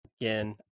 again